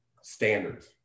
standards